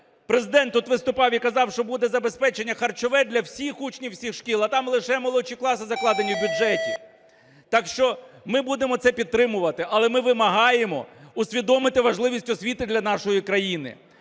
Президент тут виступав і казав, що буде забезпечення харчове для всіх учнів всіх шкіл, а там лише молодші класи закладені в бюджеті. Так що ми будемо це підтримувати, але ми вимагаємо усвідомити важливість освіти для нашої країни